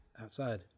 outside